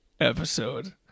episode